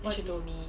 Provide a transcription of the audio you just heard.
what she told me